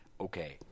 okay